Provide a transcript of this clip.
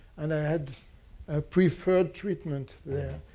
and i had ah preferred treatment there.